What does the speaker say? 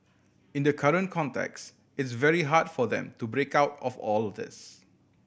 in the current context it's very hard for them to break out of all this